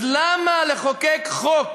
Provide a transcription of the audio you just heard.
אז למה לחוקק חוק?